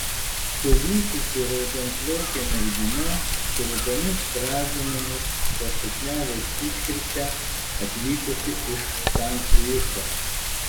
sulysusi raudonplaukė mergina su rudomis strazdanomis po suknelės iškirpte atvykusi iš san luiso